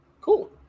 cool